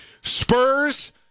Spurs